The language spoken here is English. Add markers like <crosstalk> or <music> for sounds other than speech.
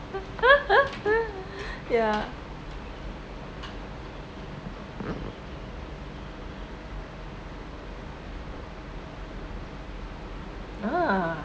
<laughs> ya <noise> ah